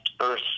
Earth